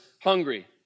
hungry